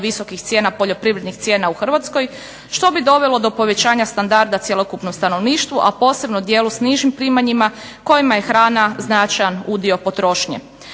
visokih cijena, poljoprivrednih cijena u Hrvatskoj što bi dovelo do povećanja standarda cjelokupnom stanovništvu, a posebno dijelu s nižim primanjima kojima je hrana značajan udio potrošnje.